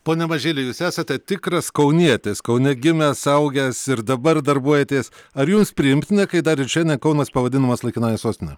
pone mažyli jūs esate tikras kaunietis kaune gimęs augęs ir dabar darbuojatės ar jums priimtina kai dar ir šiandien kaunas pavadinamas laikinąja sostine